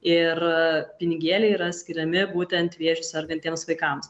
ir pinigėliai yra skiriami būtent vėžiu sergantiems vaikams